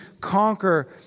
conquer